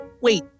Wait